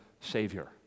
Savior